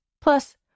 Plus